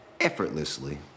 Effortlessly